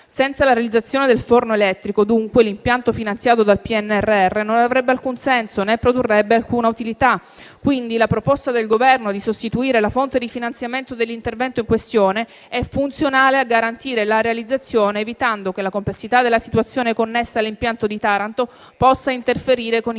Senza la realizzazione del forno elettrico, dunque, l'impianto finanziato dal PNRR non avrebbe alcun senso, ne produrrebbe alcuna utilità. Quindi, la proposta del Governo di sostituire la fonte di finanziamento dell'intervento in questione è funzionale a garantire la realizzazione, evitando che la complessità della situazione connessa all'impianto di Taranto possa interferire con il